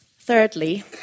Thirdly